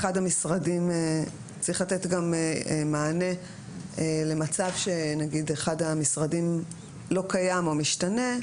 צריך לתת גם מענה למצב שנגיד אחד המשרדים לא קיים או משתנה,